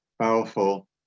powerful